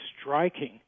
striking